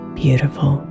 beautiful